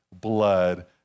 blood